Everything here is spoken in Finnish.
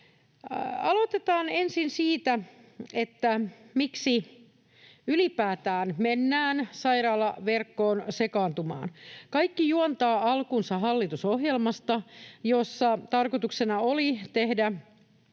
Aloitetaan ensin siitä, miksi ylipäätään mennään sairaalaverkkoon sekaantumaan. Kaikki juontaa alkunsa hallitusohjelmasta, jossa tarkoituksena oli tehdä